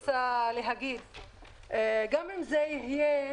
גם אם זה יהיה,